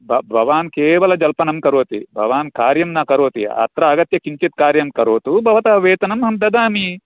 भवान् केवलजल्पनं करोति भवान् कार्यं न करोति अत्र आगत्य किञ्चित् कार्यं करोतु भवतः वेतनं अहं ददामि